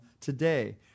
today